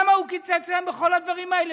למה הוא קיצץ להם בכל הדברים האלה.